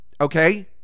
Okay